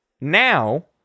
now